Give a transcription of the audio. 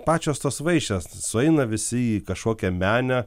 pačios tos vaišės sueina visi į kažkokią menę